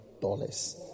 dollars